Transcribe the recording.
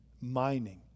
mining